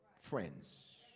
friends